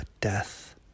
death